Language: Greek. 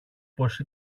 πως